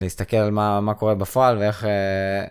להסתכל על מה-מה קורה בפועל, ואיך אה...